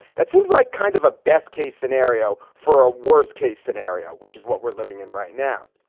that seems like kind of a best case scenario for a worst case scenario, which is what we're living in right now.